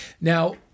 Now